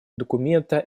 документа